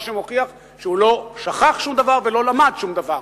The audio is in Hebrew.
מה שמוכיח שהוא לא שכח שום דבר ולא למד שום דבר.